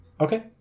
Okay